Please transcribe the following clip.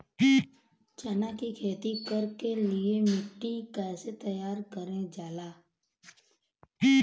चना की खेती कर के लिए मिट्टी कैसे तैयार करें जाला?